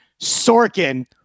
Sorkin